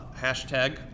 hashtag